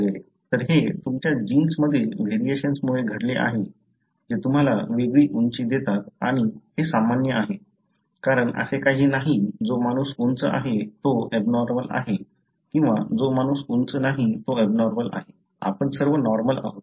तर हे तुमच्या जीन्समधील व्हेरिएशन्समुळे घडले आहे जे तुम्हाला वेगळी उंची देतात आणि हे सामान्य आहे कारण असे नाही की जो माणूस उंच आहे तो एबनॉर्मल आहे किंवा जो माणूस उंच नाही तो एबनॉर्मल आहे आपण सर्व नॉर्मल आहोत